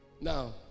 Now